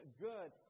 good